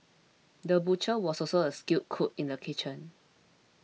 the butcher was also a skilled cook in the kitchen